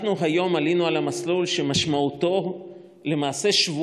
אנחנו עלינו היום על מסלול שמשמעותו למעשה שיהיו